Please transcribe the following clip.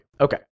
Okay